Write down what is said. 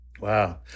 Wow